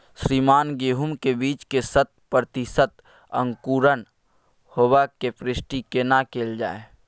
श्रीमान गेहूं के बीज के शत प्रतिसत अंकुरण होबाक पुष्टि केना कैल जाय?